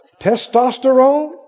Testosterone